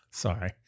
Sorry